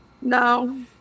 No